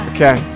Okay